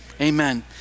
Amen